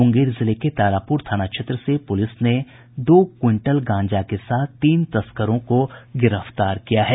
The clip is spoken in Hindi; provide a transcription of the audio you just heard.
मुंगेर जिले के तारापुर थाना क्षेत्र से पुलिस ने दो क्विंटल गांजा के साथ तीन तस्करों को गिरफ्तार किया है